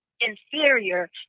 inferior